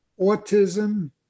autism